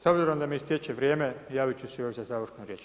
S obzirom da mi istječe vrijeme, javit ću se još za završnu riječ.